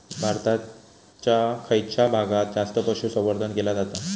भारताच्या खयच्या भागात जास्त पशुसंवर्धन केला जाता?